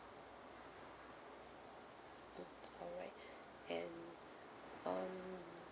mm alright and um